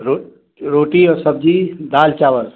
रोटी और सब्जी दाल चावल